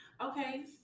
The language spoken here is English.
Okay